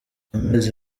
amezi